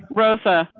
rosa,